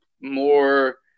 more